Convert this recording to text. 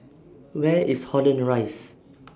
Where IS Holland Rise